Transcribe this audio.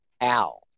Al